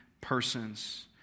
persons